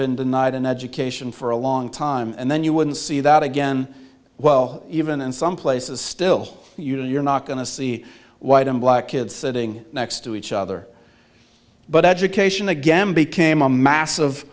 been denied an education for a long time and then you wouldn't see that again well even in some places still you know you're not going to see white and black kids sitting next to each other but education again became a mass